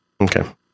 Okay